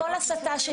כל הסתה.